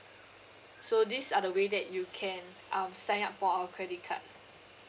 so these are the way that you can um sign up for our credit card